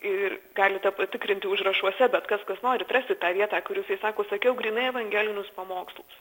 ir galite patikrinti užrašuose bet kas kas norit rasit tą vietą kur jisai sako sakiau grynai evangelinius pamokslus